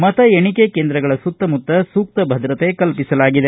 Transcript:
ಮತ ಎಣಿಕೆ ಕೇಂದ್ರಗಳ ಸುತ್ತಮುತ್ತ ಸೂಕ್ತ ಭದ್ರತೆ ಕಲ್ಪಿಸಲಾಗಿದೆ